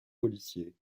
policiers